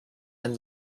and